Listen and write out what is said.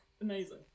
Amazing